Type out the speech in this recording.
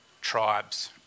tribes